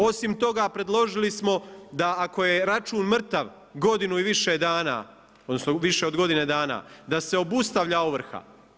Osim toga predložili smo da ako je račun mrtav godinu i više dana, odnosno više od godine dana da se obustavlja ovrha.